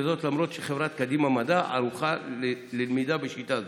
וזאת למרות שחברת "קדימה מדע" ערוכה ללמידה בשיטה זו.